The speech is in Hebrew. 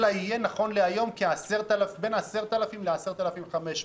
הוא יהיה בין 10,000 ל-10,500,